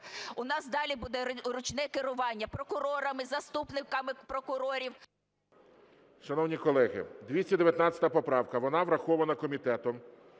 У нас далі буде ручне керування прокурорами, заступниками прокурорів... ГОЛОВУЮЧИЙ. Шановні колеги, 219 поправка, вона врахована комітетом.